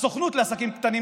הסוכנות לעסקים קטנים,